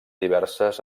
diverses